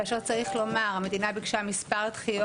כאשר צריך לומר שהמדינה ביקשה מספר דחיות